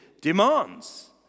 demands